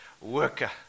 worker